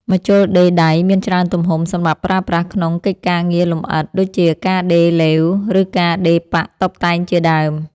ម្ជុលដេរដៃមានច្រើនទំហំសម្រាប់ប្រើប្រាស់ក្នុងកិច្ចការងារលម្អិត ដូចជាការដេរឡេវ ឬការដេរប៉ាក់តុបតែងជាដើម។